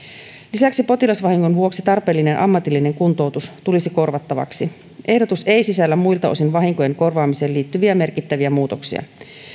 lisäksi potilasvahingon vuoksi tarpeellinen ammatillinen kuntoutus tulisi korvattavaksi ehdotus ei sisällä muilta osin vahinkojen korvaamiseen liittyviä merkittäviä muutoksia